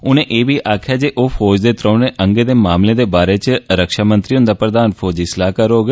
उनें ए बी आक्खेया जे ओ फौज दे त्रौणें अंगे दे मामलें दे बारै च रक्षा मंत्री हुंदा प्रधान फौजी सलाहकार होग